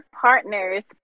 partner's